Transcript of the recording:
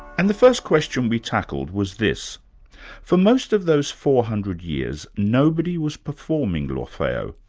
and the first question we tackled was this for most of those four hundred years, nobody was performing l'orfeo,